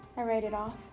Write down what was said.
i write it off.